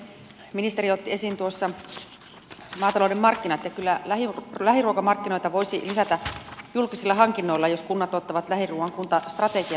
ministeri otti esiin tuossa maatalouden markkinat ja kyllä lähiruokamarkkinoita voisi lisätä julkisilla hankinnoilla jos kunnat ottavat lähiruuan kuntastrategiaan